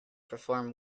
perform